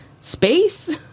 space